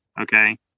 Okay